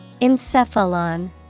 Encephalon